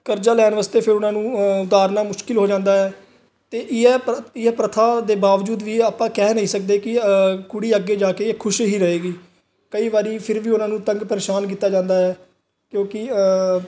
ਕਰਜ਼ਾ ਲੈਣ ਵਾਸਤੇ ਫਿਰ ਉਹਨਾਂ ਨੂੰ ਉਤਾਰਨਾ ਮੁਸ਼ਕਲ ਹੋ ਜਾਂਦਾ ਹੈ ਅਤੇ ਇਹ ਇਹ ਪ੍ਰਥਾ ਦੇ ਬਾਵਜੂਦ ਵੀ ਆਪਾਂ ਕਹਿ ਨਹੀਂ ਸਕਦੇ ਕਿ ਕੁੜੀ ਅੱਗੇ ਜਾ ਕੇ ਇਹ ਖੁਸ਼ ਹੀ ਰਹੇਗੀ ਕਈ ਵਾਰੀ ਫਿਰ ਵੀ ਉਹਨਾਂ ਨੂੰ ਤੰਗ ਪਰੇਸ਼ਾਨ ਕੀਤਾ ਜਾਂਦਾ ਹੈ ਕਿਉਂਕਿ